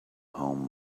home